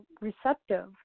receptive